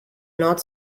not